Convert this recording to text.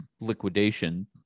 liquidation